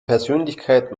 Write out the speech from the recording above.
persönlichkeit